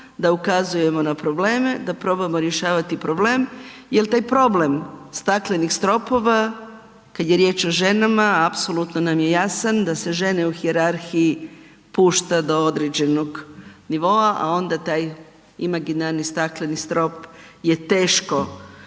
da ukazujemo na probleme, da probamo rješavati problem jel taj problem staklenih stropova kad je riječ o ženama apsolutno nam je jasan da se žene u hijerarhiji pušta do određenog nivoa, a onda taj imaginarni stakleni strop je teško